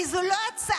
כי זו לא הצעת